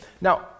Now